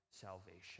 salvation